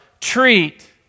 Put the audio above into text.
treat